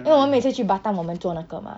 因为我们每次去 batam 我们坐那个 mah